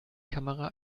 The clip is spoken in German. kamera